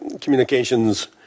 communications